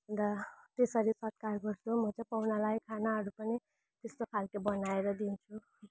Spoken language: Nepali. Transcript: अन्त त्यसरी सत्कार गर्छु म चाहिँ पाहुनालाई खानाहरू पनि त्यस्तो खालको बनाएर दिन्छु